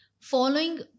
Following